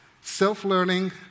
self-learning